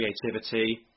creativity